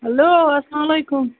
hello اسلام علیکُم